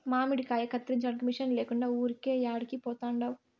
మామిడికాయ కత్తిరించడానికి మిషన్ లేకుండా ఊరికే యాడికి పోతండావు